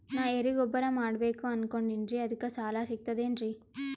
ನಾ ಎರಿಗೊಬ್ಬರ ಮಾಡಬೇಕು ಅನಕೊಂಡಿನ್ರಿ ಅದಕ ಸಾಲಾ ಸಿಗ್ತದೇನ್ರಿ?